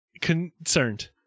concerned